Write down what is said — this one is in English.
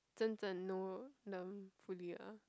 正真 know them fully ah